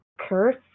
curse